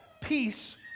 Peace